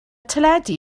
teledu